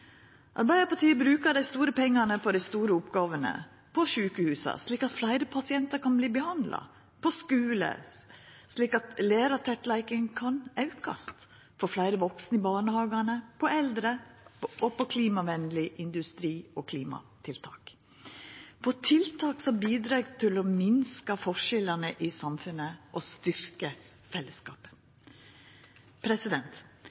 Arbeidarpartiet brukar dei store pengane på dei store oppgåvene: på sjukehusa, slik at fleire pasientar kan verta behandla på skule, slik at lærartettleiken kan verta auka på fleire vaksne i barnehagane på dei eldre på klimavenleg industri og klimatiltak på tiltak som bidreg til å minka forskjellane i samfunnet og